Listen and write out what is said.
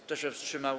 Kto się wstrzymał?